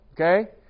okay